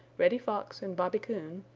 reddy fox and bobby coon,